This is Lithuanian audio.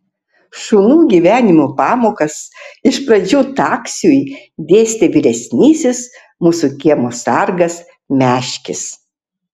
šunų gyvenimo pamokas iš pradžių taksiui dėstė vyresnysis mūsų kiemo sargas meškis